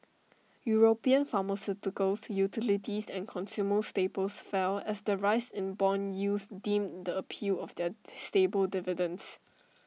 european pharmaceuticals utilities and consumer staples fell as the rise in Bond yields dimmed the appeal of their stable dividends